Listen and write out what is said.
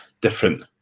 different